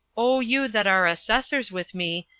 o you that are assessors with me,